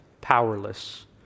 powerless